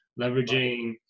leveraging